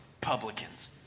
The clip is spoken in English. publicans